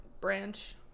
branch